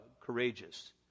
courageous